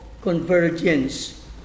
convergence